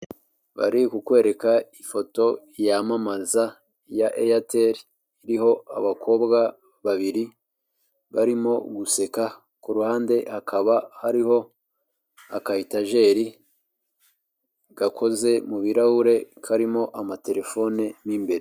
Bari kukwereka ifoto yamamaza ya eyateri iriho abakobwa babiri barimo guseka, ku ruhande hakaba hariho akaetajeri gakoze mu birahure karimo amatelefone mu imbere.